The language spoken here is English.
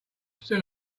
still